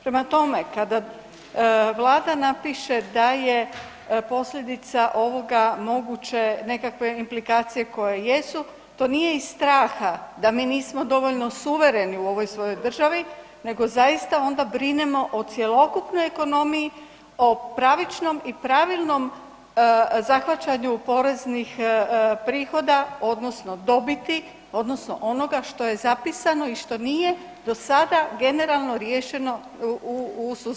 Prema tome, kada napiše da je posljedica ovoga moguće nekakve implikacije koje jesu, to nije iz straha da mi nismo dovoljno suvereni u ovoj svojoj državi, nego zaista onda brinemo o cjelokupnoj ekonomiji, o pravičnom i pravilnom zahvaćanju poreznim prihoda odnosno dobiti odnosno onoga što je zapisano i što nije do sada generalno riješeno u sustavu EU-a.